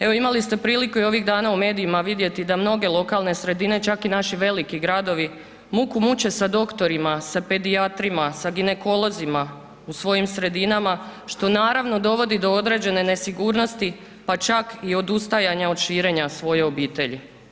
Evo imali ste priliku i ovih dana u medijima vidjeti da mnoge lokalne sredine, čak i naši veliki gradovi, muku muče sa doktorima, sa pedijatrima, sa ginekolozima u svojim sredinama što naravno dovodi do određene nesigurnosti pa čak i odustajanja od širenja svoje obitelji.